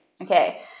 Okay